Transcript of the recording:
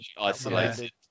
isolated